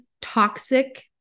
toxic